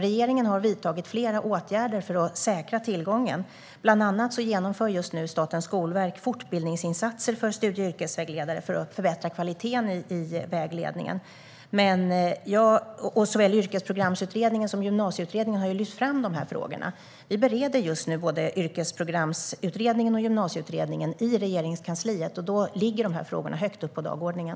Regeringen har vidtagit flera åtgärder för att säkra tillgången. Bland annat genomför Statens skolverk just nu fortbildningsinsatser för studie och yrkesvägledare för att förbättra kvaliteten i vägledningen. Såväl Yrkesprogramsutredningen som Gymnasieutredningen har lyft fram dessa frågor. I Regeringskansliet bereder vi just nu både Yrkesprogramsutredningens och Gymnasieutredningens betänkanden. Dessa frågor ligger då högt på dagordningen.